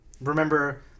remember